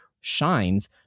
shines